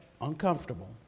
uncomfortable